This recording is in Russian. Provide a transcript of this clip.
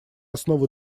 основу